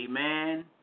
amen